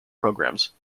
programs